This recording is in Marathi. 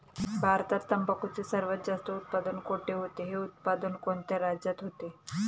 भारतात तंबाखूचे सर्वात जास्त उत्पादन कोठे होते? हे उत्पादन कोणत्या राज्यात होते?